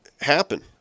happen